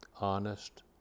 honest